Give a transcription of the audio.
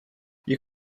you